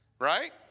Right